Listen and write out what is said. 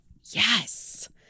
yes